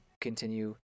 continue